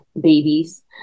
babies